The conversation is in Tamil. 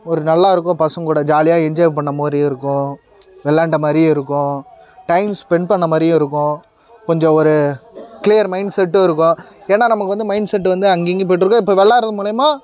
ஒரு நல்லா இருக்கும் பசங்ககூட ஜாலியாக என்ஜாய் பண்ண மாதிரி இருக்கும் விளாண்ட மாதிரியும் இருக்கும் டைம் ஸ்பெண்ட் பண்ண மாதிரியும் இருக்கும் கொஞ்சம் ஒரு கிளியர் மைண்ட்செட்டும் இருக்கும் ஏன்னா நமக்கு வந்து மைண்ட்செட் வந்து அங்கிங்கேயும் போயிட்டிருக்கும் இப்போது விளாட்றது மூலிமா